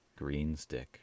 Greenstick